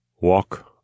Walk